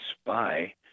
spy